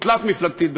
או תלת-מפלגתית.